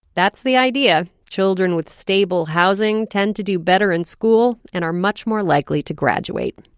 that's the idea. children with stable housing tend to do better in school and are much more likely to graduate.